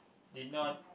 did not